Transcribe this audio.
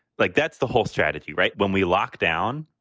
like, that's the whole strategy, right? when we lock down,